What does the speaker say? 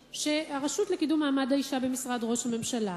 שהרשות לקידום מעמד האשה במשרד ראש הממשלה